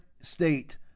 state